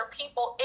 people